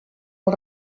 als